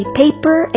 paper